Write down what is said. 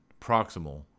Proximal